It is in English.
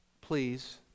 Please